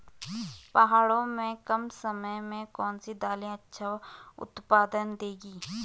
पहाड़ों में कम समय में कौन सी दालें अच्छा उत्पादन देंगी?